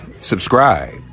subscribe